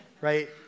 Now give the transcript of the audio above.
right